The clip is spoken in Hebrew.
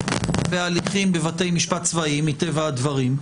בהליכים בבתי משפט צבאיים מטבע הדברים.